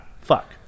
Fuck